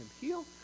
heal